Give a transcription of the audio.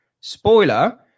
Spoiler